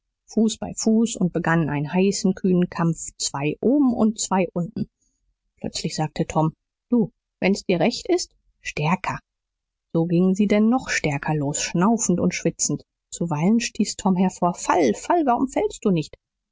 bei fuß und begannen einen heißen kühnen kampf zwei oben und zwei unten plötzlich sagte tom du wenn's dir recht ist stärker so gingen sie denn noch stärker los schnaufend und schwitzend zuweilen stieß tom hervor fall fall warum fällst du nicht